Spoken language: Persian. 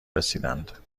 رسیدند